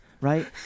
right